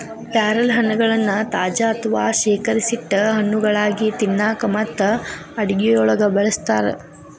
ಪ್ಯಾರಲಹಣ್ಣಗಳನ್ನ ತಾಜಾ ಅಥವಾ ಶೇಖರಿಸಿಟ್ಟ ಹಣ್ಣುಗಳಾಗಿ ತಿನ್ನಾಕ ಮತ್ತು ಅಡುಗೆಯೊಳಗ ಬಳಸ್ತಾರ